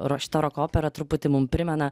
ruošta roko opera truputį mum primena